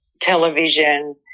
Television